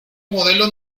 modelo